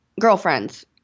girlfriends